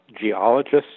geologists